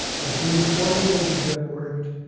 i believe forty eight of them worked,